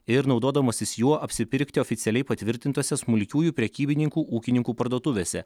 ir naudodamasis juo apsipirkti oficialiai patvirtintose smulkiųjų prekybininkų ūkininkų parduotuvėse